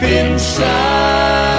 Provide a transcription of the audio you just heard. inside